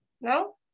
No